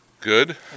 Good